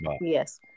Yes